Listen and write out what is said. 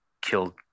killed